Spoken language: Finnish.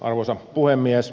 arvoisa puhemies